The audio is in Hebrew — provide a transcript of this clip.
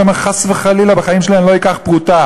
אמר: חס וחלילה, בחיים שלי אני לא אקח פרוטה.